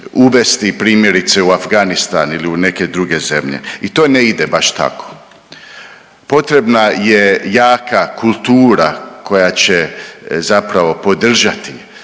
uvesti primjerice u Afganistan ili u neke druge zemlje. I to ne ide baš tako, potrebna je jaka kultura koja će zapravo podržati